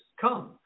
come